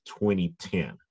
2010